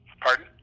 Pardon